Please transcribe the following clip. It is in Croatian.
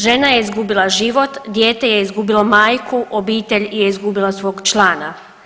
Žena je izgubila život, dijete je izgubilo majku, obitelj je izgubila svog člana.